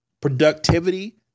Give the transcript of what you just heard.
productivity